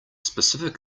specific